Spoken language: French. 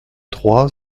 trois